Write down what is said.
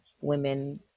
women